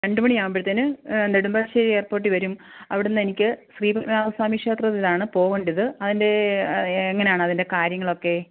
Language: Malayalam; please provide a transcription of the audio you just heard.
രണ്ട് മണി ആകുമ്പോഴത്തേന് നെടുമ്പാശ്ശേരി ഏര്പോട്ടിൽ വരും അവിടുന്ന് എനിക്ക് ശ്രീപദ്മനാഭസാമീ ക്ഷേത്രത്തിലാണ് പോകേണ്ടത് അതിന്റെ എങ്ങനാണ് അതിന്റെ കാര്യങ്ങളൊക്കെ